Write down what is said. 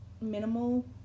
minimal